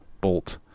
bolt